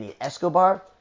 Escobar